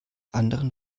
anderen